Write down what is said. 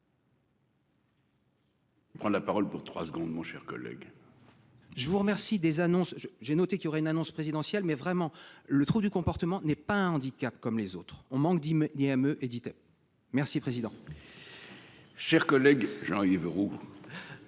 de réponse. Prend la parole pour trois secondes, mon cher collègue. Je vous remercie. Des annonces. J'ai noté qu'il y aurait une annonce présidentielle mais vraiment le trou du comportement n'est pas un handicap comme les autres, on manque 10 1000ème Edith. Merci président.-- Chers collègue Jean Véro.--